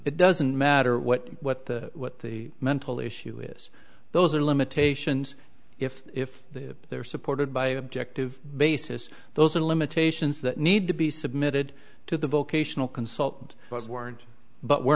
it doesn't matter what what the what the mental issue is those are limitations if if they're supported by objective basis those are limitations that need to be submitted to the vocational consultant was warned but were